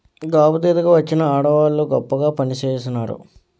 గాబుదీత కి వచ్చిన ఆడవోళ్ళు గొప్పగా పనిచేసినారు